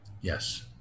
Yes